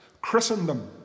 Christendom